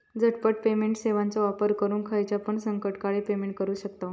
झटपट पेमेंट सेवाचो वापर करून खायच्यापण संकटकाळी पेमेंट करू शकतांव